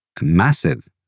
massive